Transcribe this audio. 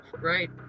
right